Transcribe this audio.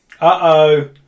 Uh-oh